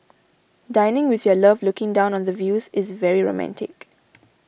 dining with your love looking down on the views is very romantic